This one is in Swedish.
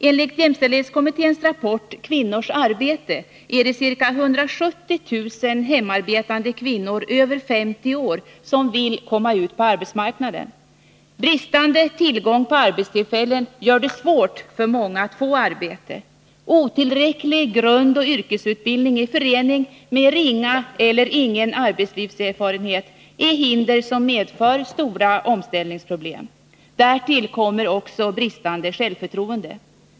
Enligt jämställdhetskommitténs rapport Kvinnors arbete finns det ca 170 000 hemarbetande kvinnor över 50 år som vill komma ut på arbetsmarknaden. Bristande tillgång på arbetstillfällen gör det svårt för många att få arbete. Otillräcklig grundoch yrkesutbildning i förening med ringa eller ingen arbetslivserfarenhet är hinder som medför stora omställningsproblem. Därtill kommer också bristande självförtroende.